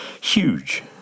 huge